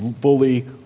fully